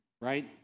right